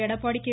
Edappadi K